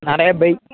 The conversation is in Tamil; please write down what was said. நிறைய பைக்